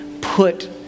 put